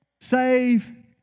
save